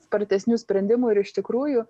spartesnių sprendimų ir iš tikrųjų